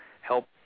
help